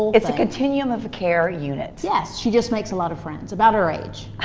it's a continuum of care unit. yes. she just makes a lot of friends about her age.